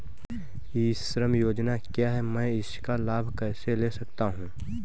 ई श्रम योजना क्या है मैं इसका लाभ कैसे ले सकता हूँ?